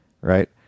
right